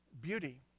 Beauty